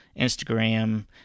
Instagram